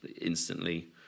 instantly